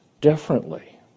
differently